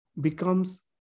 becomes